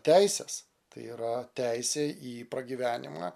teises tai yra teisė į pragyvenimą